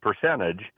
percentage